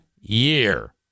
year